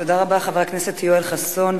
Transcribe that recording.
תודה רבה, חבר הכנסת יואל חסון.